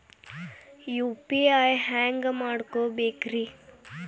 UPI ಹ್ಯಾಂಗ ಮಾಡ್ಕೊಬೇಕ್ರಿ?